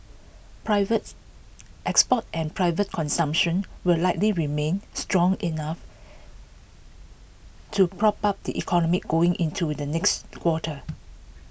privates exports and private consumption will likely remain strong enough to prop up the economy going into the next quarter